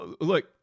Look